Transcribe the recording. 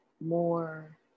more